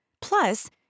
Plus